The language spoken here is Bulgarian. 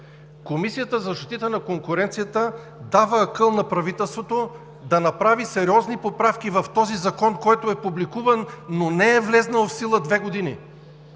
Комисията за защита на конкуренцията. Тя дава акъл на правителството да направи сериозни поправки в този закон, който е публикуван, но не е влязъл в сила две години.